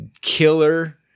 killer